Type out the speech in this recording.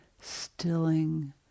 stilling